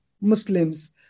Muslims